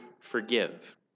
forgive